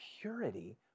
purity